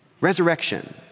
Resurrection